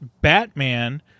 Batman